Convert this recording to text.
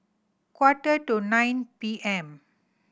quarter to nine P M